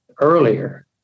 earlier